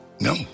No